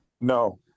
No